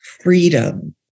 freedom